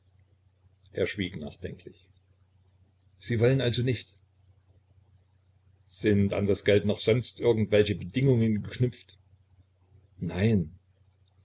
er schwieg nachdenklich sie wollen also nicht sind an das geld noch sonst irgend welche bedingungen geknüpft nein